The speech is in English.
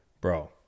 bro